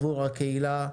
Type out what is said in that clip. עבור הקהילה,